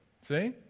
See